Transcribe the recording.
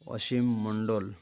Asim Mandal